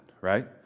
right